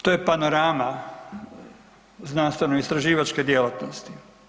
To je panorama znanstveno istraživačke djelatnosti.